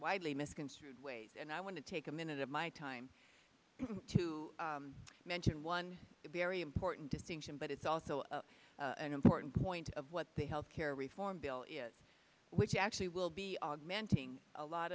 widely misconstrued ways and i want to take a minute of my time to mention one very important distinction but it's also an important point of what they health care reform bill is which actually will be augmenting a lot